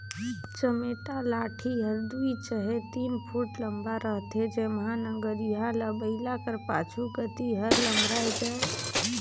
चमेटा लाठी हर दुई चहे तीन फुट लम्मा रहथे जेम्हा नगरिहा ल बइला कर पाछू कती हर लमराए जाए